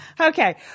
Okay